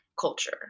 culture